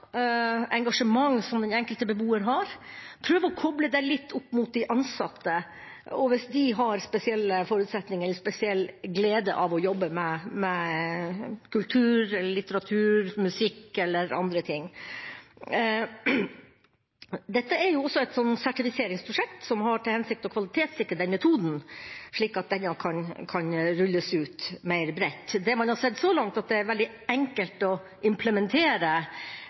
engasjement som den enkelte beboer har, og prøver å koble det opp mot de ansatte hvis de har spesielle forutsetninger eller spesiell glede av å jobbe med kultur, litteratur, musikk eller andre ting. Dette er også et sertifiseringsprosjekt som har til hensikt å kvalitetssikre denne metoden, slik at den kan rulles ut mer bredt. Det man har sett så langt, er at det er veldig enkelt å implementere